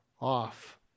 off